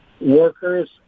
workers